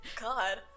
God